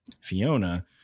Fiona